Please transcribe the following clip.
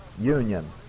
union